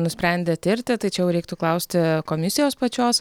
nusprendė tirti tačiau reiktų klausti komisijos pačios